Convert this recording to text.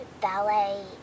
ballet